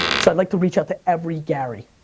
so i'd like to reach out to every gary,